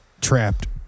trapped